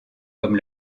comme